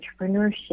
entrepreneurship